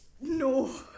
no